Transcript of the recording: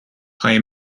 play